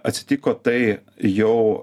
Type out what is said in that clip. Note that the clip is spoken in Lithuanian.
atsitiko tai jau